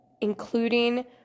including